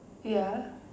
ya